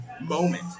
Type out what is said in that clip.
moment